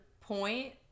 point